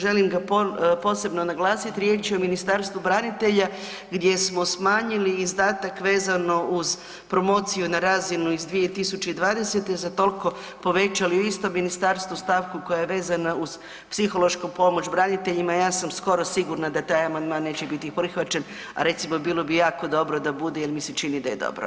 Želim ga posebno naglasiti, riječ je o Ministarstvu branitelja, gdje smo smanjili izdatak vezano uz promociju na razinu s 2020. za toliko povećali i u isto ministarstvo uz stavku koja je vezana uz psihološku pomoć braniteljima, ja sam skoro sigurna da taj amandman neće biti prihvaćen, a recimo, bilo bi jako dobro da bude jer mi se čini da je dobro.